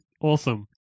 Awesome